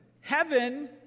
Heaven